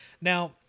Now